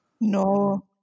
no